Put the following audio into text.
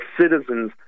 citizen's